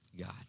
God